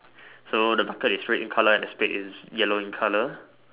so the bucket is red in colour and the spade is yellow in colour